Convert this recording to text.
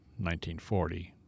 1940